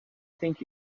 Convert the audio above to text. think